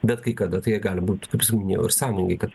bet kai kada tai jie gali būt kaip minėjau ir sąmoningai kad